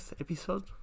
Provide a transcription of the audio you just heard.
episode